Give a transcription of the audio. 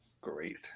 great